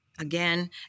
Again